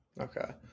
Okay